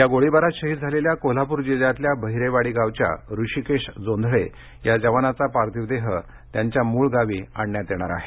या गोळीबारात शहिद झालेल्या कोल्हाप्र जिल्ह्यातल्या बहिरेवाडी गावच्या ऋषिकेश जोंधळे या जवानाचा पार्थिव देह आज त्यांच्या मूळ गावी आणण्यात येणार आहे